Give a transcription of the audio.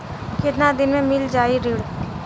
कितना दिन में मील जाई ऋण?